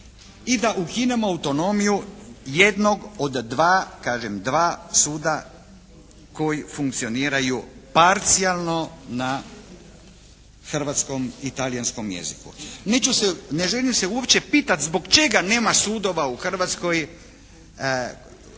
i da ukinemo autonomiju jednog od dva kažem dva suda koji funkcioniraju parcijalno na hrvatskom i talijanskom jeziku. Neću se, ne želim se uopće pitati zbog čega nema sudova u Hrvatskoj